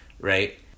Right